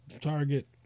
target